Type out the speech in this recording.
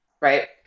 right